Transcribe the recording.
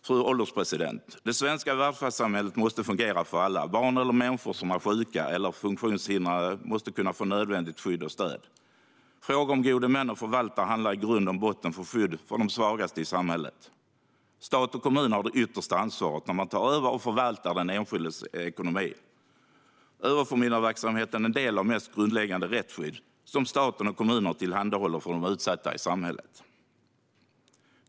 Fru ålderspresident! Det svenska välfärdssamhället måste fungera för alla. Barn eller människor som är sjuka eller funktionshindrade måste kunna få nödvändigt skydd och stöd. Frågor om gode män och förvaltare handlar i grund och botten om skyddet för de svagaste i samhället. Stat och kommuner har det yttersta ansvaret när man tar över och förvaltar den enskildes ekonomi. Överförmyndarverksamheten är en del av det mest grundläggande rättsskydd som staten och kommunerna tillhandahåller för de utsatta i samhället.